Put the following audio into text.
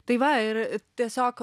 tai va ir tiesiog